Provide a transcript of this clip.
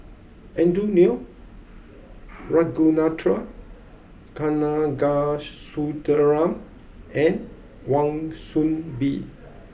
Andrew Lee Ragunathar Kanagasuntheram and Wan Soon Bee